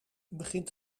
begint